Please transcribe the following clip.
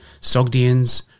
Sogdians